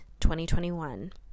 2021